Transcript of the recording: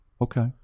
Okay